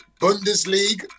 Bundesliga